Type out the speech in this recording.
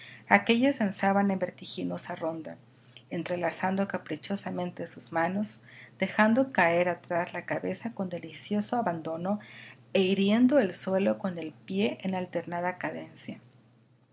aquéllas danzaban en vertiginosa ronda entrelazando caprichosamente sus manos dejando caer atrás la cabeza con delicioso abandono e hiriendo el suelo con el pie en alternada cadencia